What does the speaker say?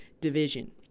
division